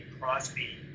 Crosby